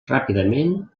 ràpidament